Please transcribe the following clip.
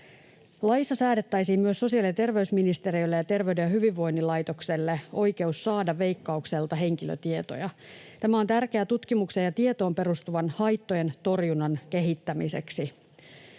Laissa myös säädettäisiin sosiaali‑ ja terveysministeriölle ja Terveyden ja hyvinvoinnin laitokselle oikeus saada Veikkaukselta henkilötietoja. Tämä on tärkeää tutkimukseen ja tietoon perustuvan haittojen torjunnan kehittämiseksi.